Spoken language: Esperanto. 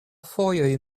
fojoj